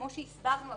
כמו שהסברנו,